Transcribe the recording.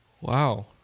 Wow